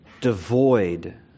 Devoid